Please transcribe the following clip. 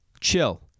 Chill